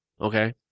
Okay